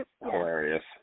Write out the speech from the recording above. hilarious